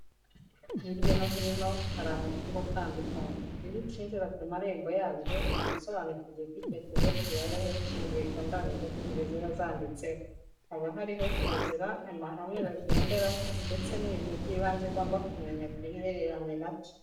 Hirya no hino, hari amashuri atandukanye. Iyo ucyinjira ku marembo yabyo, uhita usobanukirwa uko icyo kigo kibayeho bishingiye ku ndangagaciro ziba zanditseho. Haba hariho kirazira, amahame bagenderaho ndetse n'ibintu by'ibanze ugomba ku menya kubihereranye na cyo.